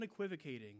unequivocating